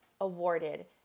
awarded